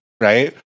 right